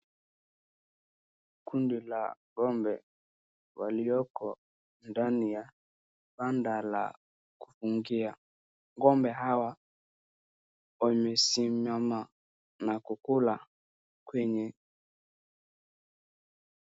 Kundi la ng,ombe walioko ndani ya banda la kufungia, ng'ombe hawa wamesimama na kukula kwenye.